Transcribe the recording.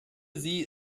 sie